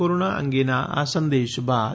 corona અંગેના આ સંદેશ બાદ